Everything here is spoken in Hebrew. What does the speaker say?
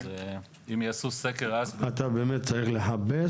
אז אם יעשו סקר אסבסט --- אתה באמת צריך לחפש